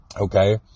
okay